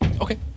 Okay